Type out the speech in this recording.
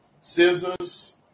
Scissors